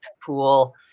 pool